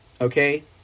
okay